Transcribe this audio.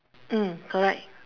mm correct